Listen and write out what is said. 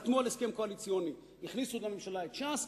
חתמו על הסכם קואליציוני, הכניסו לממשלה את ש"ס.